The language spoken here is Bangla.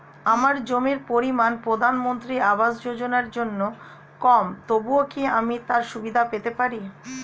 আমার জমির পরিমাণ প্রধানমন্ত্রী আবাস যোজনার জন্য কম তবুও কি আমি তার সুবিধা পেতে পারি?